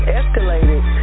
escalated